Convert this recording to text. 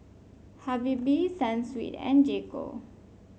Habibie Sunsweet and J Co